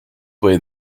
way